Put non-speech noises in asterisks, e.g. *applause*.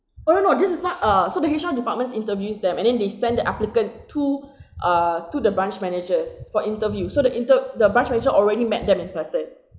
no no no this is not uh so the H_R departments interviews them and then they send the applicant to *breath* err to the branch managers for interview so the inter~ the branch manager already met them in person